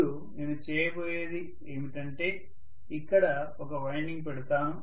ఇప్పుడు నేను చేయబోయేది ఏమిటంటే ఇక్కడ ఒక వైండింగ్ పెడుతాను